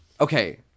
Okay